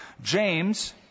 James